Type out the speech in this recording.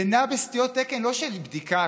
זה נע בסטיות תקן לא של בדיקה,